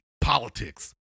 politics